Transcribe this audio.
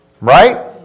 Right